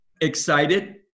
Excited